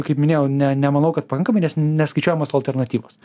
kaip minėjau ne nemanau kad pakankamai nes neskaičiuojamos alternatyvos